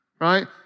right